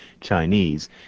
Chinese